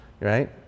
right